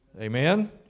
Amen